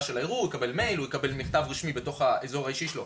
של הערעור הוא יקבל מכתב רשמי באזור האישי שלו.